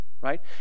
right